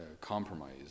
compromise